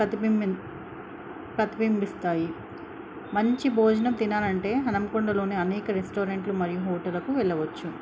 ప్రతిబింబిస్తాయి మంచి భోజనం తినాలంటే హన్మకొండలోనే అనేక రెస్టారెంట్లు మరియు హోటళ్ళకు వెళ్లవచ్చు